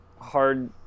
hard